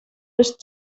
used